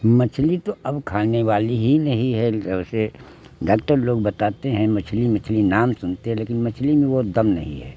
मछली तो अब खाने वाली ही नहीं है वैसे डाक्टर लोग बताते हैं मछली मछली नाम सुनते हैं लेकिन मछली में वह दम नहीं है